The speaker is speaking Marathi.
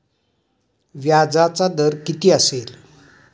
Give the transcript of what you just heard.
व्याजाचा दर किती असेल?